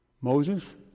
Moses